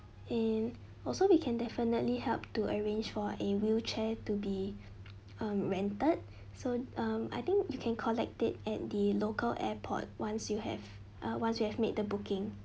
and also we can definitely help to arrange for a wheelchair to be uh rented so um I think you can collect it at the local airport once you have uh once you have made the booking